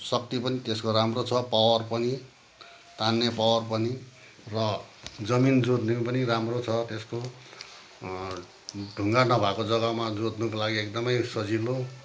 शक्ति पनि त्यसको राम्रो छ पावर पनि तान्ने पावर पनि र जमिन जोत्नु पनि राम्रो छ त्यसको ढुङ्गा नभएको जग्गामा जोत्नुको लागि एकदमै सजिलो